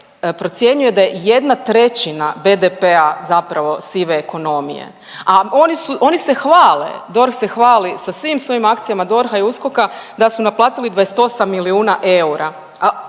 procjenjuje da je 1/3 BDP-a zapravo sive ekonomije, a oni su, oni se hvale, DORH se hvali sa svim svojim akcijama DORH-a i USKOK-a da su naplatili 28 milijuna eura,